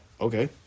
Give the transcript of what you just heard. Okay